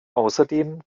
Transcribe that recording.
außerdem